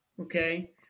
Okay